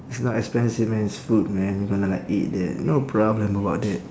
it's not expensive man it's food man we gonna like eat that no problem about that